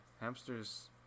hamsters